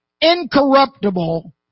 incorruptible